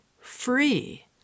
free